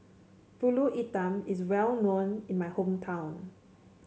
pulut hitam is well known in my hometown